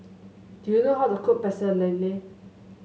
do you know how to cook Pecel Lele